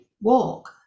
walk